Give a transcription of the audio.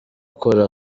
akora